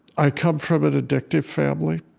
i come from an addictive family.